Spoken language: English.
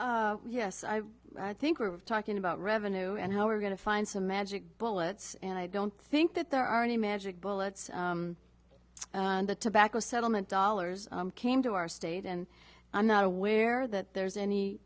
pick yes i think we're talking about revenue and how we're going to find some magic bullets and i don't think that there are any magic bullets on the tobacco settlement dollars came to our state and i'm not aware that there's any